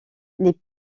les